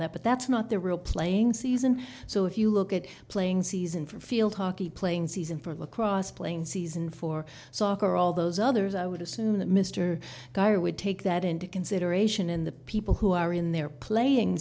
that but that's not the real playing season so if you look at playing season for field hockey playing season for lacrosse playing season for soccer all those others i would assume that mr dyer would take that into consideration in the people who are in there playing